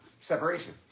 Separation